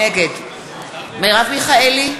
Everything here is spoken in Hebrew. נגד מרב מיכאלי,